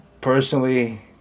Personally